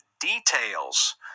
details